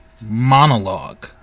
monologue